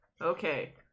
Okay